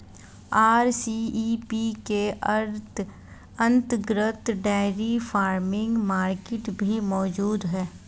RCEP के अंतर्गत dairy farming market भी मौजूद है